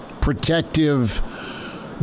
protective